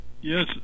yes